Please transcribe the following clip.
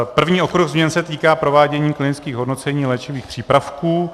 První okruh změn se týká provádění klinických hodnocení léčivých přípravků.